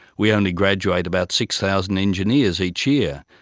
we only graduate about six thousand engineers each year,